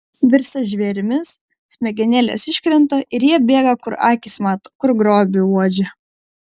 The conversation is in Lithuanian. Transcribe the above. virsta žvėrimis smegenėlės iškrenta ir jie bėga kur akys mato kur grobį uodžia